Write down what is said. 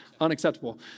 Unacceptable